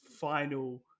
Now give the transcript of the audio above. final